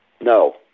No